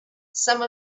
some